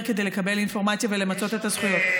כדי לקבל אינפורמציה ולמצות את הזכויות.